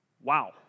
Wow